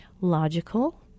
logical